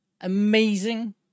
amazing